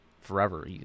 forever